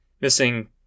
missing